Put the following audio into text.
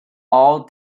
all